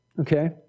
Okay